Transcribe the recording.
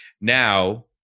Now